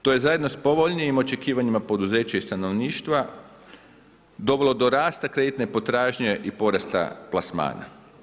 To je zajedno sa povoljnijim očekivanjima poduzeća i stanovništva dovelo do rasta kreditne potražnje i porasta plasmana.